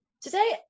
Today